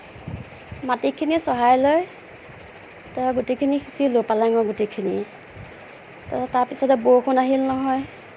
মাটিখিনি চহাই লৈ তাৰ গোটেইখিনি সিচিঁলো পালেঙৰ গুটিখিনি তে তাৰপিছতে বৰষুণ আহিল নহয়